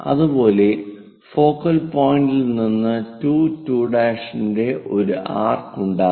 അതുപോലെ ഫോക്കൽ പോയിന്റിൽ നിന്ന് 2 2' ന്റെ ഒരു ആർക്ക് ഉണ്ടാക്കുക